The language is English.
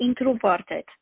introverted